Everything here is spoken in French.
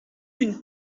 d’une